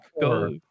go